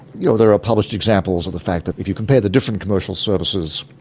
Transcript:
you know, there are published examples of the fact that if you compare the different commercial services,